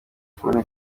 kubona